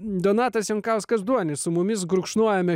donatas jankauskas duonis su mumis gurkšnojame